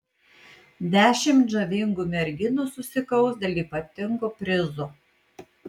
dešimt žavingų merginų susikaus dėl ypatingo prizo